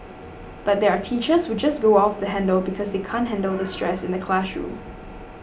but there are teachers who just go off the handle because they can't handle the stress in the classroom